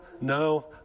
no